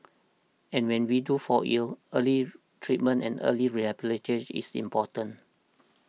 and when we do fall ill early treatment and early rehabilitation is important